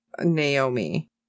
Naomi